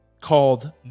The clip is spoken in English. called